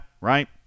right